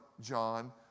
John